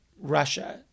Russia